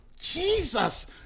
Jesus